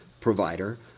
provider